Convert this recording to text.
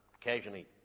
occasionally